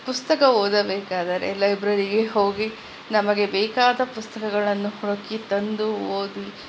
ಪುಸ್ತಕ ಓದಬೇಕಾದರೆ ಲೈಬ್ರೆರಿಗೆ ಹೋಗಿ ನಮಗೆ ಬೇಕಾದ ಪುಸ್ತಕಗಳನ್ನು ಹುಡುಕಿ ತಂದು ಓದಿ